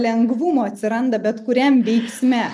lengvumo atsiranda bet kuriam veiksme